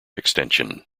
extension